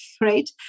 right